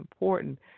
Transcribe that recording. important